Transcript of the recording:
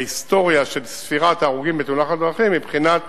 בהיסטוריה של ספירת ההרוגים בתאונות דרכים, מבחינת